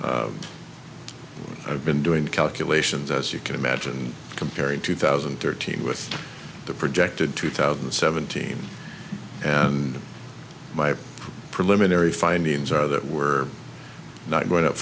dollars i've been doing calculations as you can imagine comparing two thousand and thirteen with the projected two thousand and seventeen and my preliminary findings are that we're not going up